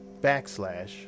Backslash